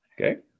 Okay